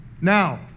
Now